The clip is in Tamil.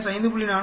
7 5